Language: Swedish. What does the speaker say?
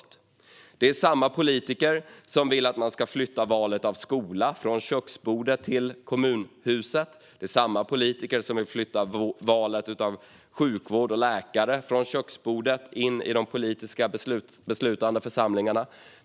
Det är samma politiker som vill flytta valet av skola från köksbordet till kommunhuset. Det är samma politiker som vill flytta valet av sjukvård och läkare från köksbordet in i de politiska beslutande församlingarna.